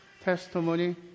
testimony